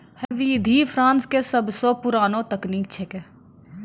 है विधि फ्रांस के सबसो पुरानो तकनीक छेकै